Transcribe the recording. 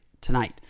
tonight